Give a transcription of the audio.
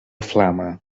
flama